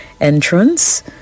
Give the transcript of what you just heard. entrance